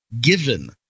given